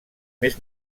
més